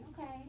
Okay